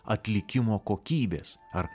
atlikimo kokybės ar